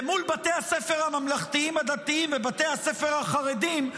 למול בתי הספר הממלכתיים-דתיים ובתי הספר החרדים,